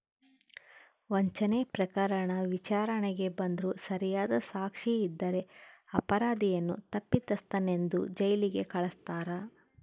ವಂಚನೆ ಪ್ರಕರಣ ವಿಚಾರಣೆಗೆ ಬಂದ್ರೂ ಸರಿಯಾದ ಸಾಕ್ಷಿ ಇದ್ದರೆ ಅಪರಾಧಿಯನ್ನು ತಪ್ಪಿತಸ್ಥನೆಂದು ಜೈಲಿಗೆ ಕಳಸ್ತಾರ